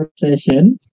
conversation